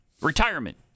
retirement